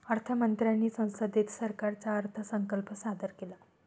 अर्थ मंत्र्यांनी संसदेत सरकारचा अर्थसंकल्प सादर केला